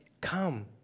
come